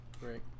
Great